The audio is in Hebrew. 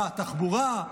מה, תחבורה?